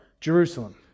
Jerusalem